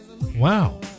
Wow